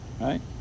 right